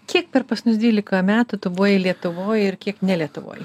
kiek per paskutinius dvylika metų tu buvai lietuvoj ir kiek ne lietuvoj